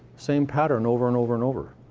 same pattern over and over and over.